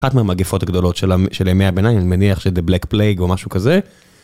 אחת מהמגפות הגדולות של ימי הביניים, אני מניח שזה black plague או משהו כזה.